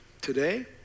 today